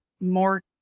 more